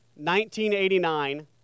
1989